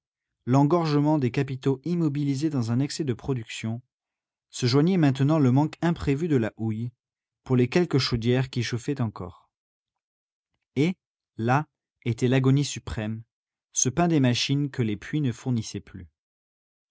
l'engorgement des capitaux immobilisés dans un excès de production se joignait maintenant le manque imprévu de la houille pour les quelques chaudières qui chauffaient encore et là était l'agonie suprême ce pain des machines que les puits ne fournissaient plus